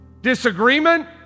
Disagreement